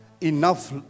Enough